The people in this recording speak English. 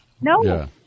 No